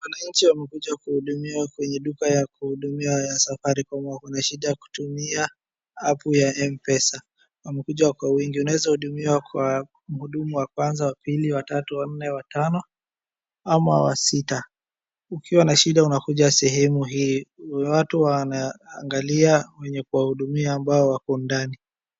Wananchi wamekuja kuhudumiwa kwenye duka ya kuhudumiwa ya Safaricom, wakona shida ya kutumia apu ya M-PESA , Wamekuja kwa wingi. Unaweza kuhudumiwa kwa mhudumu wa kwaza, wa pili, wa tatu, wa nne, wa tano ama wa sita. Ukiwa na shida unakuja sehemu hii. Watu wanaangalia wenye kuwahudumia ambao wako ndani.